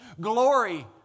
glory